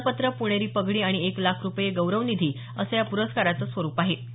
मानपत्र पुणेरी पगडी आणि एक लाख रुपये गौरवनिधी असं या पुरस्काराचं स्वरुप आहे